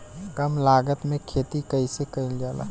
कम लागत में खेती कइसे कइल जाला?